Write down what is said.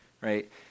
right